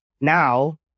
Now